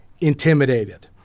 intimidated